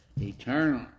eternal